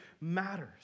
matters